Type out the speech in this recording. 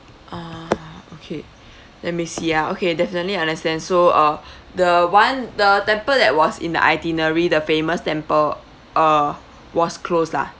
ah okay let me see ah okay definitely understand so uh the [one] the temple that was in the itinerary the famous temple uh was closed lah